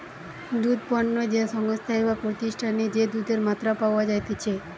দুধ পণ্য যে সংস্থায় বা প্রতিষ্ঠানে যে দুধের মাত্রা পাওয়া যাইতেছে